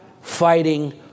fighting